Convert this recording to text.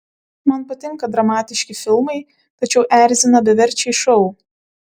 man patinka dramatiški filmai tačiau erzina beverčiai šou